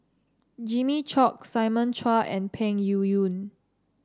Jimmy Chok Simon Chua and Peng Yuyun